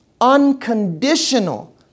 Unconditional